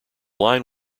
line